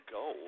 go